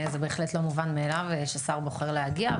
זה בהחלט לא מובן מאליו ששר בוחר להגיע.